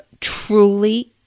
truly